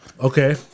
Okay